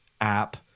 app